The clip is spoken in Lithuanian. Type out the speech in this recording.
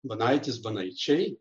banaitis banaičiai